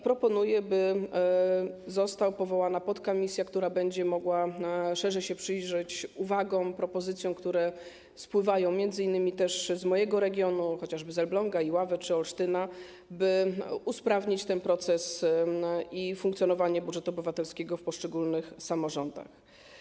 Proponuję, by została powołana podkomisja, która będzie mogła szerzej przyjrzeć się uwagom, propozycjom, które spływają m.in. też z mojego regionu, chociażby z Elbląga, Iławy czy Olsztyna, by usprawnić ten proces i funkcjonowanie budżetu obywatelskiego w poszczególnych samorządach.